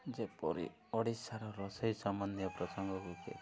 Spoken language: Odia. ଯେପରି ଓଡ଼ିଶାର ରୋଷେଇ ସମ୍ବନ୍ଧୀୟ ପସଙ୍ଗକୁ